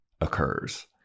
occurs